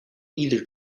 either